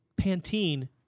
pantene